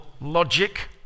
logic